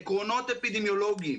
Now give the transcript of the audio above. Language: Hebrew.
לפי עקרונות אפידמיולוגיים,